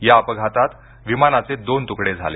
या अपघातात्त विमानाचे दोन त्रकडे झाले